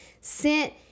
sent